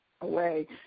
away